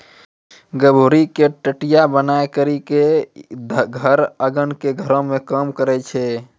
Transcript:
गभोरी के टटया बनाय करी के धर एगन के घेरै मे काम करै छै